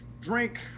Drink